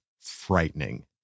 frightening